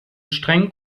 streng